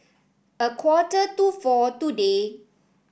a quarter to four today